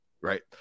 right